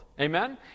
Amen